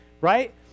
Right